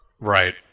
right